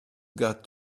got